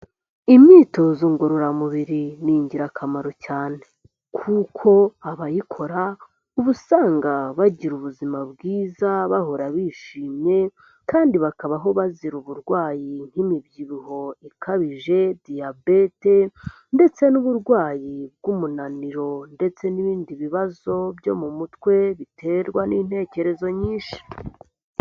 Imyitozo ngororamubiri ni ingirakamaro cyane, kuko abayikora usanga bagira ubuzima bwiza bahora bishimye, kandi bakabaho bazira uburwayi nk'imibyibuho ikabije, diyabete, ndetse n'uburwayi bw'umunaniro, ndetse n'ibindi bibazo byo mu mutwe biterwa n'intekerezo nyinshi.